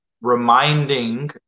reminding